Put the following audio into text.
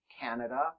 Canada